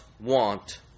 want